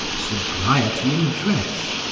sobriety in dress,